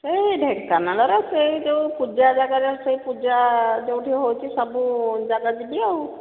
ସେଇ ଢେଙ୍କାନାଳରେ ସେଇ ଯେଉଁ ପୂଜା ଜାଗାରେ ସେଇ ପୂଜା ଯେଉଁ ଠି ହେଉଛି ସବୁ ଜାଗା ଯିବି ଆଉ